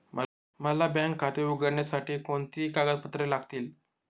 मला बँक खाते उघडण्यासाठी कोणती कागदपत्रे लागतील?